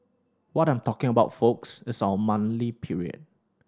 what I'm talking about folks is our monthly period